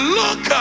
look